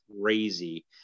crazy